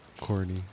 Corny